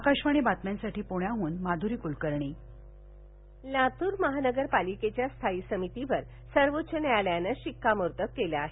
आकाशवाणी बातम्यांसाठी पुण्याहून माधुरी कुलकर्णी लानर लातूर महानगर पालिकेच्या स्थायी समितीवर सर्वोच्य न्यायालयानं शिक्कामोर्तब केलं आहे